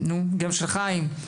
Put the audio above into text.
גם של חיים,